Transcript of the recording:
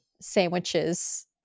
sandwiches